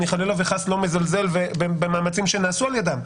אני חלילה וחס לא מזלזל במאמצים שנעשו על ידם,